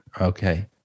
okay